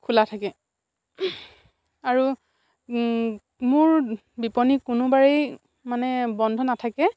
খোলা থাকে আৰু মোৰ বিপণী কোনোবাৰেই মানে বন্ধ নাথাকে